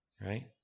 Right